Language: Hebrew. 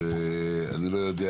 כשאני לא יודע